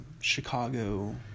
Chicago